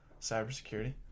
cybersecurity